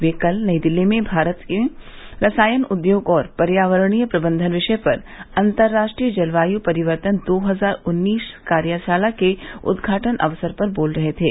वे कल नई दिल्ली में भारत में रसायन उद्योग और पर्यावरणीय प्रबंधन विषय पर अंतर्राष्ट्रीय जलवायु परिवर्तन दो हजार उन्नीस कार्यशाला के उदघाटन अवसर पर बोल रहे थे